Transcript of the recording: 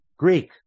Greek